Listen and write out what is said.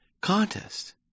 contest